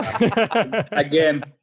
again